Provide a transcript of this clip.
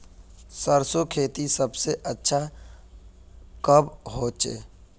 सरसों खेती सबसे अच्छा कब होचे?